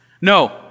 No